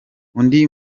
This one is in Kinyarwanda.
undi